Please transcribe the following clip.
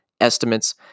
estimates